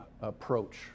approach